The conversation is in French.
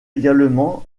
également